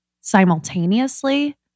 simultaneously